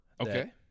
Okay